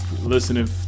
listening